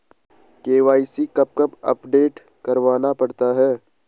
KYC कब कब update करवाना पड़ता है?